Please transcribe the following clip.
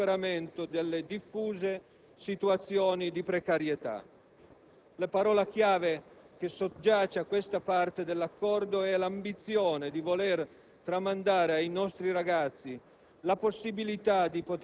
da poter giungere al superamento delle diffuse situazioni di precarietà. La parola chiave che soggiace a questa parte dell'accordo è l'ambizione di voler tramandare ai nostri ragazzi